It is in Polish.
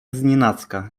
znienacka